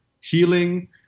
healing